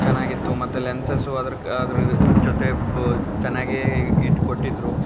ಚೆನ್ನಾಗಿತ್ತು ಮತ್ತು ಲೆನ್ಸಸ್ಸು ಅದ್ರ ಅದ್ರ ಜೊತೆ ಬ ಚೆನ್ನಾಗೇ ಇಟ್ಕೊಟ್ಟಿದ್ರು